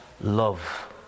Love